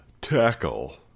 tackle